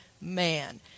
man